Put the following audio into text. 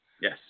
yes